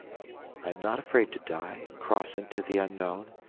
i am not afraid to die and cross into the unknown,